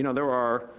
you know there are